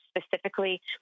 specifically